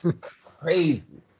Crazy